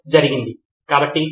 నితిన్ కురియన్ అవును